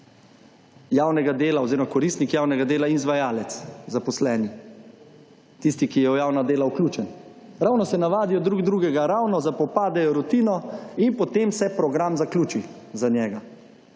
javnega dela oziroma koristnik javnega dela, izvajalec, zaposleni. Tisti, ki je v javna dela vključen. Ravno se navadijo drug drugega, ravno zapopadejo rutino in potem se program zaključi za njega.